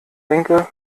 denke